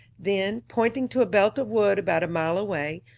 then, pointing to a belt of wood about a mile away,